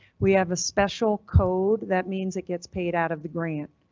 we have a special code that means it gets paid out of the grant,